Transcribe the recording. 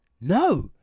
no